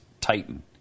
tighten